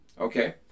Okay